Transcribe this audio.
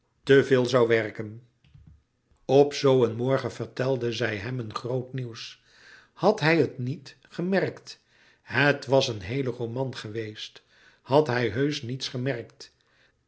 véel zoû werken op zoo een morgen vertelde zij hem een groot nieuws had hij het niet gemerkt het was een heele roman geweest had hij louis couperus metamorfoze heusch niets gemerkt